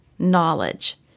knowledge